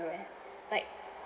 rest like